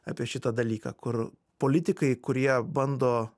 apie šitą dalyką kur politikai kurie bando